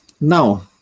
now